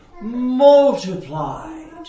multiplied